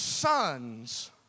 sons